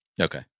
Okay